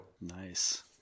Nice